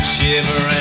Shiver